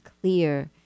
Clear